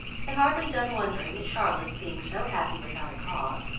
had hardly done wondering at charlotte's being so happy without a cause,